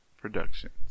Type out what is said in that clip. Productions